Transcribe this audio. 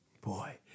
Boy